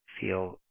feel